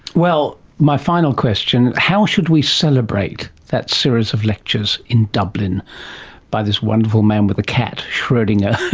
well, my final question how should we celebrate that series of lectures in dublin by this wonderful man with a cat, schrodinger,